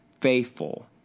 faithful